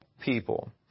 people